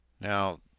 now